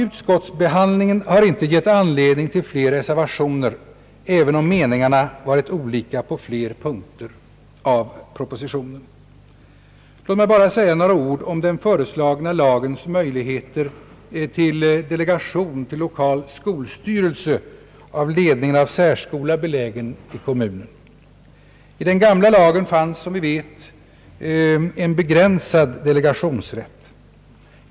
Utskottsbehandlingen har inte givit anledning till ytterligare reservationer, även om meningarna varit olika på flera punkter i propositionen. Låt mig bara säga några ord om den föreslagna lagens möjligheter till delegation till lokal skolstyrelse av ledningen av särskola belägen i kommunen. I den gamla lagen fanns en begränsad delegationsrätt.